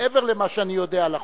מעבר למה שאני יודע על החוק,